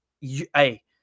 Hey